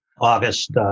August